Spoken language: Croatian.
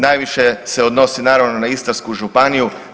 Najviše se odnosi naravno na Istarsku županiju.